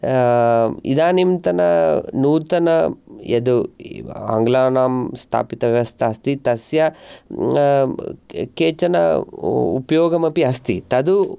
इदानीन्तन नूतन यद् आङ्लानां स्थापितव्यवस्था अस्ति तस्य केचन उपयोगमपि अस्ति तद्